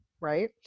right